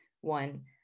One